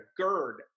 GERD